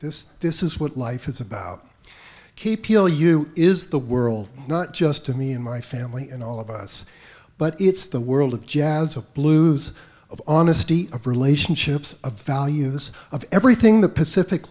this this is what life is about keep you is the world not just to me and my family and all of us but it's the world of jazz a blues of on a state of relationships a values of everything the pacific